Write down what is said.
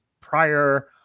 prior